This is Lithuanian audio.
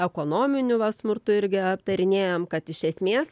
ekonominiu va smurtu irgi aptarinėjom kad iš esmės